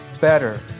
better